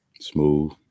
Smooth